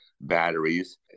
batteries